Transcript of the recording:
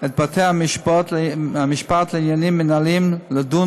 את בתי-המשפט לעניינים מינהליים לדון